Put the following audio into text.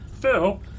Phil